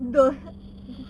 the heck